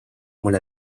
mulle